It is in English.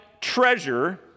treasure